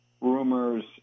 rumors